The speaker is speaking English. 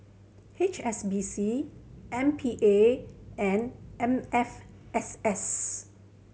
H S B C M P A and M F S S